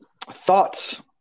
Thoughts